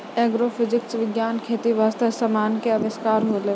agrophysics विज्ञान खेती बास्ते समान के अविष्कार होलै